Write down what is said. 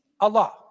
Allah